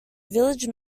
village